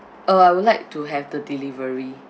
uh I would like to have the delivery